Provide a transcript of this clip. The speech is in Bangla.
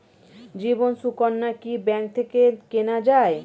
জীবন সুকন্যা কি ব্যাংক থেকে কেনা যায়?